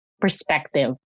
perspective